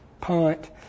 punt